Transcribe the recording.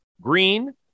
green